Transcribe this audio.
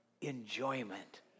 enjoyment